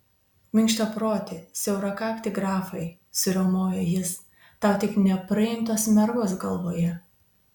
minkštaproti siaurakakti grafai suriaumojo jis tau tik nepraimtos mergos galvoje